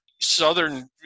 Southern